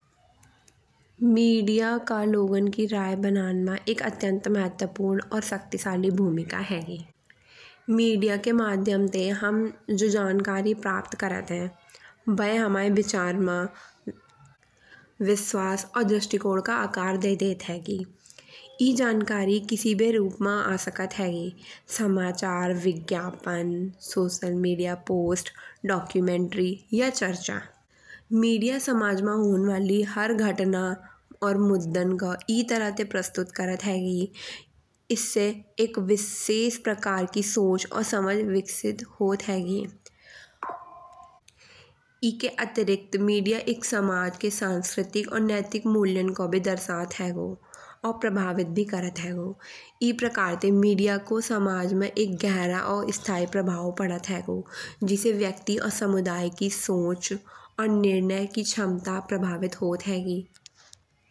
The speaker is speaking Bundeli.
मीडिया का लोगन की राय बनान मा एक अत्यंत महत्वपूर्ण और शक्तिशाली भूमिका हेगी। मीडिया के माध्यम ते हम जो जानकारी प्राप्त करत है। वह हामये विचार मा विश्वास और दृष्टिकोन का आकार दे देत हेगी। ई जानकारी किसी भी रूप मा आ सकत हेगी समाचार विज्ञापन सोशल मीडिया पोस्ट डॉक्यूमेंटरी या चर्चा। मीडिया समाज मा होने वाली हर घटना और मुद्दन को ई तरह से प्रस्तुत करत हेगी। एसे एक विशेष प्रकार की सोच और समझ विकसित होत हेगी। एके अतिरिक्त मीडिया एक समाज के सांस्कृतिक और नैतिक मूल्यान को भी दर्शत हेगो। और प्रभावित भी करत हेगो। ई प्रकार ते मीडिया को समाज में एक गहरा और स्थायी प्रभाव पड़त हेगो। जिससे व्यक्ति और समुदाय की सोच और निर्णय की क्षमता प्रभावित होत हेगी।